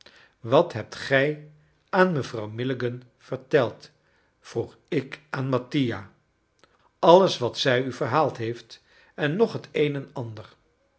wat hebt gij aan mevrouw milligan verteld vroeg ik aan mattia alles wat zij u verhaald heeft en nog t een en ander